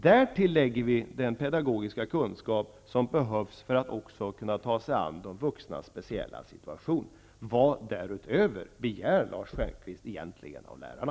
Därtill lägger vi den pedagogiska kunskap som behövs för att det också skall gå att ta sig an de vuxnas speciella situation. Vad därutöver begär Lars Stjernkvist egentligen av lärarna?